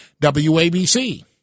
WABC